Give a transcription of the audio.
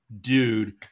dude